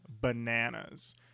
bananas